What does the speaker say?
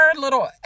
little